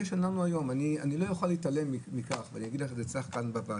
אני לא יכול להתעלם מכך ואני אומר את זה אצלך בוועדה.